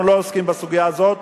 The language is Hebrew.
אנחנו לא עוסקים בסוגיה הזאת.